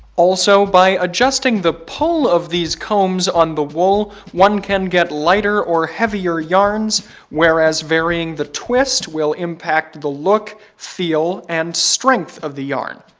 also, by adjusting the pull of these combs on the wool, one can get lighter or heavier yarns whereas varying the twists will impact impact the look, feel, and strength of the yarn.